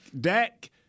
Dak